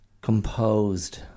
composed